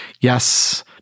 Yes